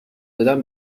دادن